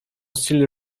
still